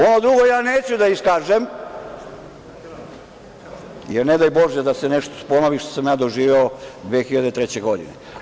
Ono drugo ja neću da iskažem, jer, ne daj bože da se nešto ponovi što sam ja doživeo 2003. godine.